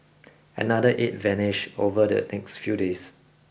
another eight vanished over the next few days